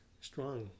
strong